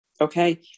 okay